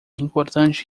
importante